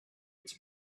its